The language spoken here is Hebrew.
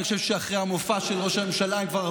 אני חושב שאחרי המופע של ראש הממשלה הם